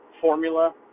formula